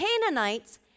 Canaanites